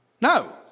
No